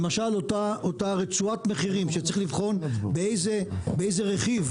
אותה רצועת מחירים שצריך לבחון באיזה רכיב,